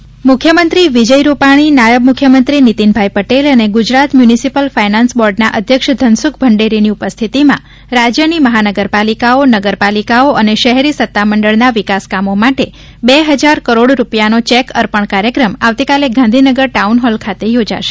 રાજ્ય સરકાર વિકાસ કામ મુખ્યમંત્રી વિજય રૂપાલી નાયબ મુખ્યમંત્રી નીતિનભાઇ પટેલ અને ગુજરાત મ્યુનિસિપલ ફાયનાન્સ બોર્ડના અધ્યક્ષ ધનસુખ ભંડેરીની ઉપસ્થિતિમાં રાજ્યની મહાનગરપાલિકાઓ નગરપાલિકાઓ અને શહેરી સત્તા મંડળોના વિકાસ કામો માટે બે હજાર કરોડ રૂપિયાનો ચેક અર્પણ કાર્યક્રમ આવતીકાલે ગાંધીનગર ટાઉન હોલ ખાતે યોજાશે